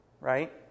right